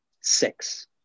six